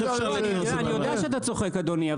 אני יודע שאתה צוחק אדוני.